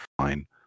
Fine